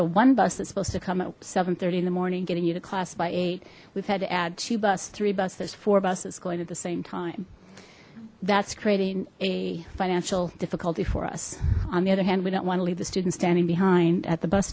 the one bus that's supposed to come at seven thirty in the morning getting you to class by eight zero we've had to add two bus three bus there's four buses going at the same time that's creating a financial difficulty for us on the other hand we don't want to leave the students standing behind at the bus